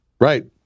Right